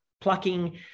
plucking